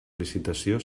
licitació